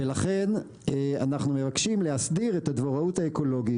ולכן אנחנו מבקשים להסדיר את הדבוראות האקולוגית,